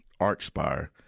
Archspire